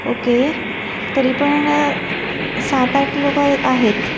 okay तरी पण सात आठ लोकं आहेत